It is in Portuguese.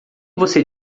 você